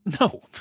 No